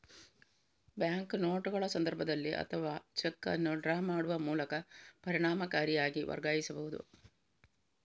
bank ನೋಟುಗಳ ಸಂದರ್ಭದಲ್ಲಿ ಅಥವಾ ಚೆಕ್ ಅನ್ನು ಡ್ರಾ ಮಾಡುವ ಮೂಲಕ ಪರಿಣಾಮಕಾರಿಯಾಗಿ ವರ್ಗಾಯಿಸಬಹುದು